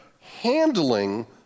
handling